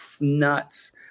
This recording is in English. Nuts